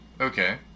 Okay